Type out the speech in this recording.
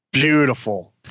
Beautiful